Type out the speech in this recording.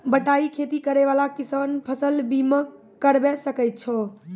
बटाई खेती करै वाला किसान फ़सल बीमा करबै सकै छौ?